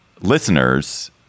Listeners